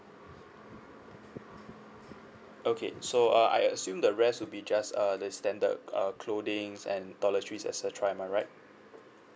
okay so uh I assume the rest will be just uh the standard uh clothings and toiletries et cetera am I right